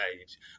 age